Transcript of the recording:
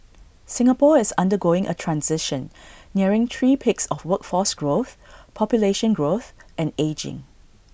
Singapore is undergoing A transition nearing three peaks of workforce growth population growth and ageing